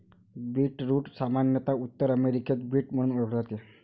beetroot सामान्यत उत्तर अमेरिकेत बीट म्हणून ओळखले जाते